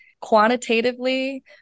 Quantitatively